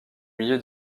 milieu